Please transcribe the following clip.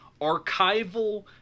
archival